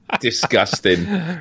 Disgusting